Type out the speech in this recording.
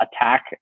attack